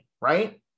right